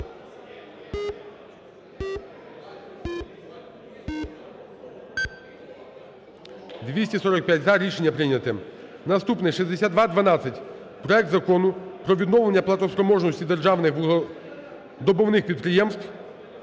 За-245 Рішення прийнято. Наступний – 6212, проект Закону про відновлення платоспроможності державних вугледобувних підприємств